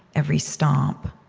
every stomp.